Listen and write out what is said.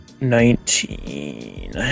Nineteen